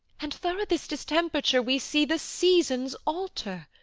and through this distemperature we see the seasons alter